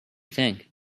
think